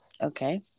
Okay